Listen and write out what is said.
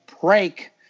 break